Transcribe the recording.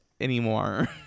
anymore